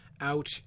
out